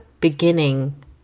beginning